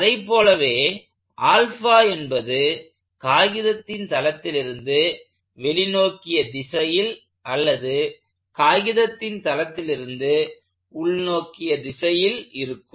அதைப் போலவே என்பது காகிதத்தின் தளத்திலிருந்து வெளி நோக்கிய திசையில் அல்லது காகிதத்தின் தளத்திலிருந்து உள் நோக்கிய திசையில் இருக்கும்